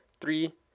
three